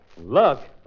Look